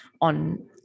on